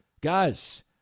Guys